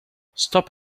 stop